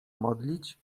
modlić